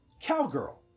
Cowgirl